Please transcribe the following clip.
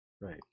Right